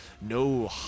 no